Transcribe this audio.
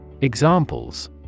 Examples